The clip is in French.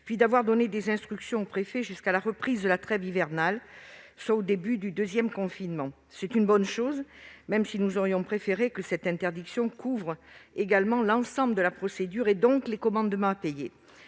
puis d'avoir donné des instructions aux préfets jusqu'à la reprise de la trêve hivernale, soit au début du deuxième confinement. C'est une bonne chose, même si nous aurions préféré que cette interdiction concerne également l'ensemble de la procédure et, donc, les commandements de payer.